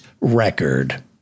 record